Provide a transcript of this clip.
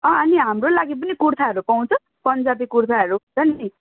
अँ अनि हाम्रो लागि पनि कुर्ताहरू पाउँछ पन्जाबी कुर्ताहरू हुन्छ नि